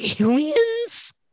Aliens